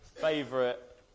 favorite